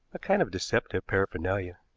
a kind of deceptive paraphernalia.